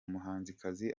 muhanzikazi